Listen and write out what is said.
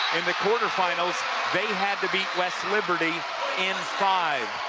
in the quarterfinals they had to beat west liberty in five.